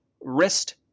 wrist